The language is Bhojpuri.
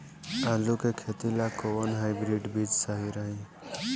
आलू के खेती ला कोवन हाइब्रिड बीज सही रही?